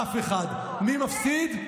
אף אחד, מי מפסיד?